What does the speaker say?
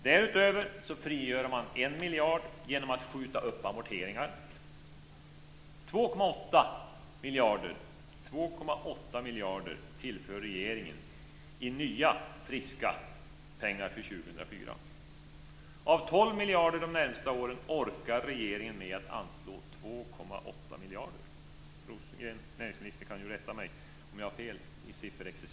Därutöver frigör man 1 miljard genom att skjuta upp amorteringar. 2,8 miljarder tillför regeringen i nya friska pengar för 2004. Av 12 miljarder de närmaste åren orkar regeringen med att anslå 2,8 miljarder. Näringsministern kan ju rätta mig om jag har fel i sifferexercisen.